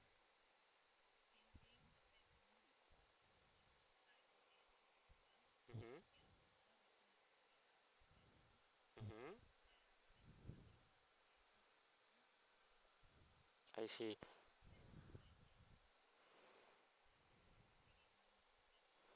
mmhmm mmhmm I see